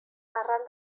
arran